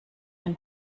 ein